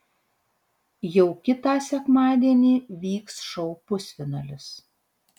jau kitą sekmadienį vyks šou pusfinalis